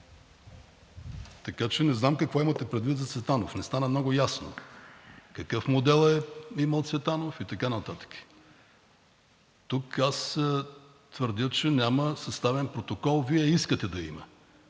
Така че не знам какво имате предвид за Цветанов, не стана много ясно – какъв модел е имал Цветанов и така нататък. Тук аз твърдя, че няма съставен протокол, Вие искате да има,